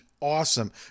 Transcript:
awesome